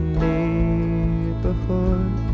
neighborhood